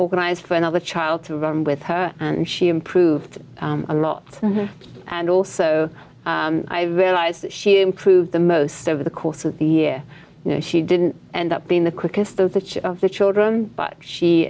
organized for another child to run with her and she improved a lot and also i realized that she improved the most over the course of the year you know she didn't end up being the quickest those which of the children but she